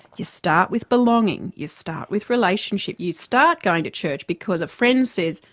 you start with belonging. you start with relationship. you start going to church because a friend says,